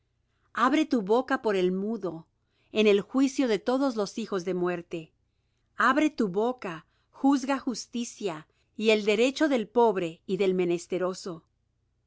abre tu boca por el mudo en el juicio de todos los hijos de muerte abre tu boca juzga justicia y el derecho del pobre y del menesteroso